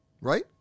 Right